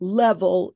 level